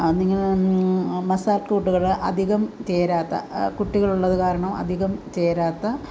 നിങ്ങൾ മസാല കൂട്ടുകൾ അധികം ചേരാത്ത ആ കുട്ടികളുള്ളതു കാരണം അധികം ചേരാത്ത